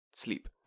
Sleep